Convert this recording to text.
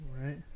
Right